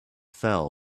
fell